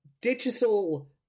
digital